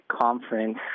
conference